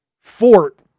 fort